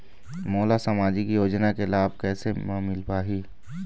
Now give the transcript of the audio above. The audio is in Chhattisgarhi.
मोला सामाजिक योजना के लाभ कैसे म मिल पाही?